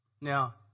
now